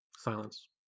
Silence